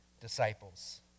disciples